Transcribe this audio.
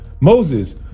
Moses